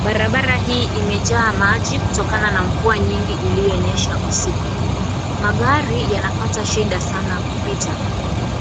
Barabara hii imejaa maji kutokana na mvua nyingi iliyonyesha usiku, magari yanapata shida sana kupita,